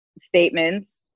statements